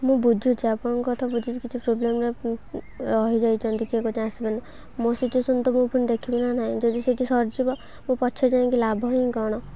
ମୁଁ ବୁଝୁଛି ଆପଣଙ୍କ କଥା ବୁଝୁଛି କିଛି ପ୍ରୋବ୍ଲେମରେ ରହିଯାଇଛନ୍ତି କିଏ କହିଲେ ଆସିବେ ନା ମୋ ସିଚୁଏସନ୍ ତ ମୁଁ ପୁଣି ଦେଖିବେ ନା ନାହିଁ ଯଦି ସେଇଠି ସରିଯିବ ମୋ ପଛରେ ଯାଇଁକି ଲାଭ ହିଁ କ'ଣ